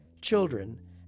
children